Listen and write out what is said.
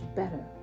better